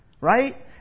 right